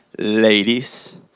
Ladies